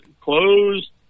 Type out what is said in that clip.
closed